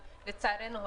לצערנו,